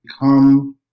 become